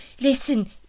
listen